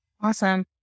Awesome